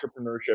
entrepreneurship